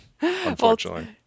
unfortunately